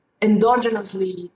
endogenously